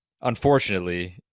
unfortunately